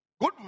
Good